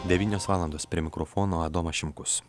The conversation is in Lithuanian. devynios valandos prie mikrofono adomas šimkus